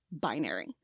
binary